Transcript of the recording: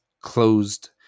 closed